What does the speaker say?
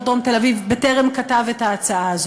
דרום תל-אביב בטרם כתב את ההצעה הזאת.